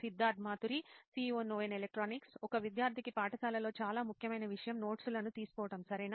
Siddharth Maturi CEO నోయిన్ electronics ఒక విద్యార్థికి పాఠశాలలో చాలా ముఖ్యమైన విషయం నోట్స్ లను తీసుకోవటం సరేనా